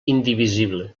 indivisible